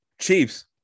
chiefs